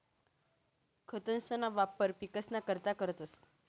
खतंसना वापर पिकसना करता करतंस